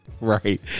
right